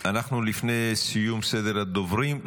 אנחנו לפני סיום סדר הדוברים.